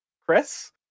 Chris